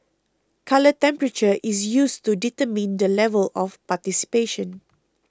colour temperature is used to determine the level of participation